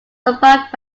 survived